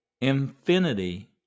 infinity